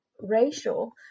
racial